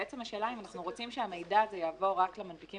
השאלה אם אנחנו רוצים שהמידע הזה יעבור רק למנפיקים